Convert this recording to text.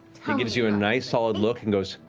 gives you a nice, solid look and goes,